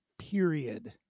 period